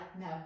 No